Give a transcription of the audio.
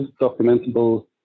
documentable